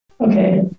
Okay